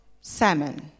salmon